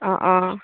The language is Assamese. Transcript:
অ অ